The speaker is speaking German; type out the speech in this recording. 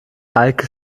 eike